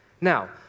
Now